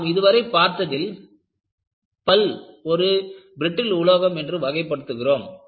நாம் இதுவரை பார்த்ததில் பல் ஒரு பிரட்டில் உலோகம் என்று வகைப்படுத்துகிறோம்